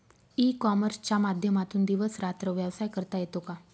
E कॉमर्सच्या माध्यमातून दिवस रात्र व्यवसाय करता येतो का?